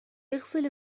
إغسل